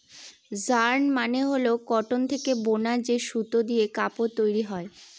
yarn মানে হল cotton থেকে বুনা যে সুতো দিয়ে কাপড় তৈরী হয়